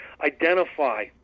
Identify